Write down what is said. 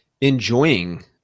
enjoying